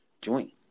joint